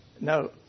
No